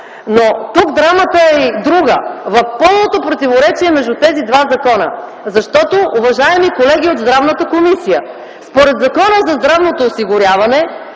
Но тук драмата е и друга – в пълното противоречие между тези два закона. Защото, уважаеми колеги от Здравната комисия, според Закона за здравното осигуряване,